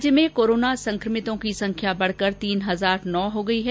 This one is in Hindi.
राज्य में कोरोना संक्रमितों की संख्या बढकर तीन हजार नौ हो गई है